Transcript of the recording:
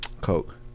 Coke